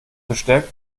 besteck